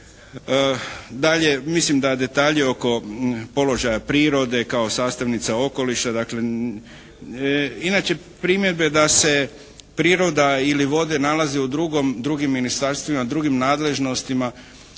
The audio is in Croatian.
dalje, mislim da detalji oko položaja prirode kao sastavnica okoliša dakle, inače primjedbe da se priroda ili vode nalaze u drugom, drugim ministarstvima, drugim nadležnostima